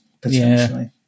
potentially